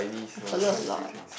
I follow a lot